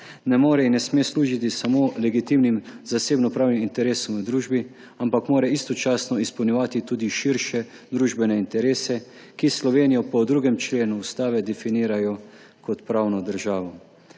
Ne more in ne sme služiti samo legitimnim zasebnopravnim interesom v družbi, ampak mora istočasno izpolnjevati tudi širše družbene interese, ki Slovenijo po 2. členu Ustave definirajo kot pravno državo.